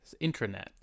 intranet